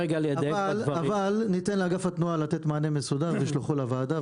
אבל ניתן לאגף התנועה לתת מענה מסודר והם ישלחו לוועדה,